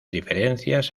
diferencias